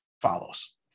follows